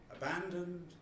abandoned